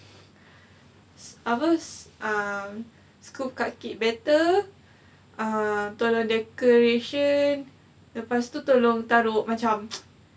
apa um ah scoop cupcake better err tolong decoration lepas tu tolong macam taruh